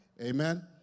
amen